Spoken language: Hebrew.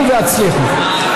עלו והצליחו.